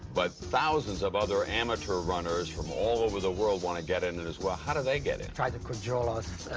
but thousands of other amateur runners from all over the world want to get in it as well. how do they get in? try to cajole us,